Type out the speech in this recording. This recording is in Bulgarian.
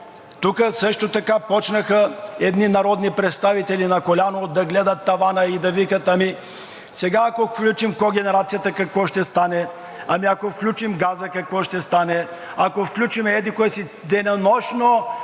тук започнаха едни народни представители на коляно – да гледат тавана и да викат: ами сега, ако включим когенерацията, какво ще стане; ами ако включим газа, какво ще стане; ако включим еди-кое си? Денонощно